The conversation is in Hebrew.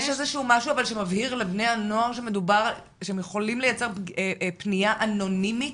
יש איזה משהו שמבהיר לבני הנוער שהם יכולים לייצר פנייה אנונימית?